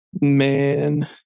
Man